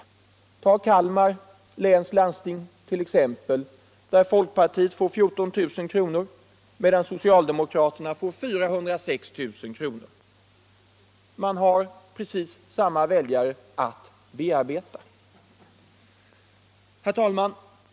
Ta t.ex. Kalmar läns landsting, där folkpartiet får 14 000 kr., medan socialdemokraterna får 406 000 kr. Man har precis samma antal väljare att bearbeta.